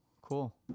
Cool